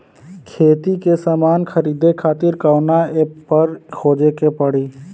खेती के समान खरीदे खातिर कवना ऐपपर खोजे के पड़ी?